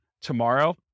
tomorrow